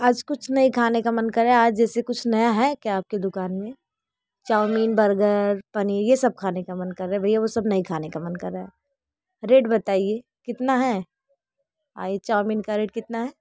आज कुछ नए खाने का मन कर रहा है आज जैसे कुछ नया है क्या आपके दुकान मे चाउमीन बर्गर पनीर ये सब खाने का मन कर रहा है भैया वो सब नहीं खाने का मन कर रहा हैं रेट बताइए कितना है आई चाउमीन का रेट कितना है